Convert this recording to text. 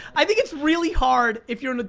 i think it's really hard, if you're an